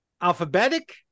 alphabetic